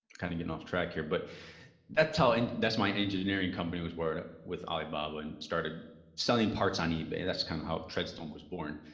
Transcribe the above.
kind of getting off track here, but that's how and that's my engineering company was worded with alibaba and started selling parts on ebay. that's kind of how treadstone was born.